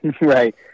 right